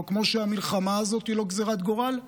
כמו שהמלחמה הזאת היא לא גזרת גורל,